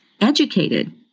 educated